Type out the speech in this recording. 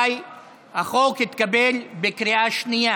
רבותיי, החוק בנוסח הוועדה התקבל בקריאה שנייה.